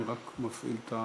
אני רק מפעיל את המערכת.